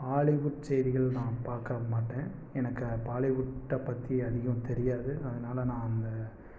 பாலிவுட் செய்திகள் நான் பார்க்க மாட்டேன் எனக்கு பாலிவுட்டை பற்றி அதிகம் தெரியாது அதனால் நான் அந்த